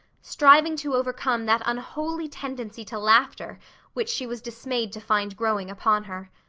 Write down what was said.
striving to overcome that unholy tendency to laughter which she was dismayed to find growing upon her.